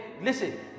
listen